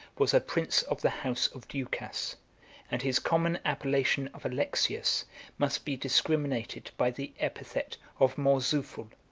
was a prince of the house of ducas and his common appellation of alexius must be discriminated by the epithet of mourzoufle,